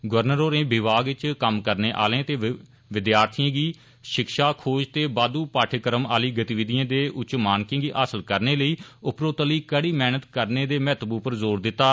governor होरें विभाग इच कम्म करने आहले ते विद्यार्थिएं गी षिक्षा खोज ते बाद्दू पाठयक्रम आली गतिविधिएं दे उच्च मानकें गी हासल करने लेई उप्परोतली कड़ी मेहनत करने दे महत्त्व पर जोर दित्ता